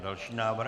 Další návrh.